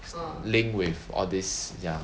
link with all this ya